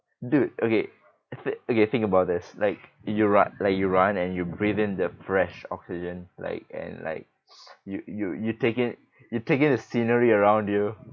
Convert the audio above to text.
dude okay if i~ okay think about this like you ru~ like you run and you breathe in the fresh oxygen like and like you you you take in you take in the scenery around you